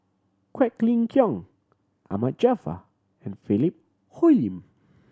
Quek Ling Kiong Ahmad Jaafar and Philip Hoalim